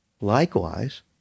Likewise